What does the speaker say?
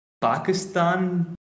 Pakistan